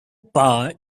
power